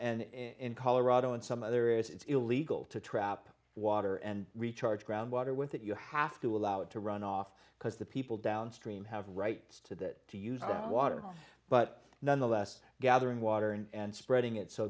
and in colorado and some other areas it's illegal to trap water and recharge groundwater with it you have to allow it to run off because the people downstream have rights to that to use water but nonetheless gathering water and spreading it so